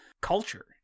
culture